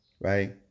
Right